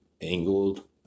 angled